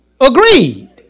agreed